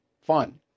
fun